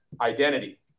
identity